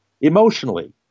emotionally